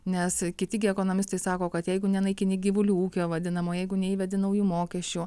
nes kiti gi ekonomistai sako kad jeigu nenaikini gyvulių ūkio vadinamo jeigu neįvedi naujų mokesčių